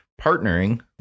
partnering